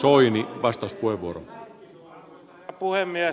arvoisa herra puhemies